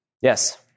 Yes